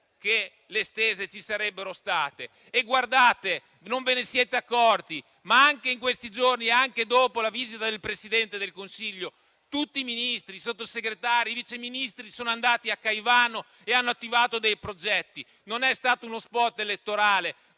che le stese ci sarebbero state. Non ve ne siete accorti, ma anche in questi giorni, dopo la visita del Presidente del Consiglio, Ministri, Sottosegretari e Vice Ministri sono andati a Caivano e hanno attivato dei progetti. Non è stato uno *spot* elettorale